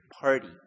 party